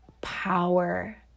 power